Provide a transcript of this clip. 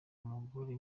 umugore